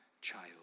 child